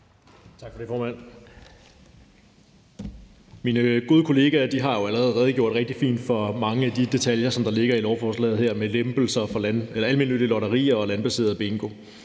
Tak for det, formand. Min gode kollegaer har jo allerede redegjort rigtig fint for mange af de detaljer, som ligger i lovforslaget her med lempelser for almennyttig lotteri og landbaseret bingo.